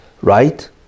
right